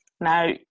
Now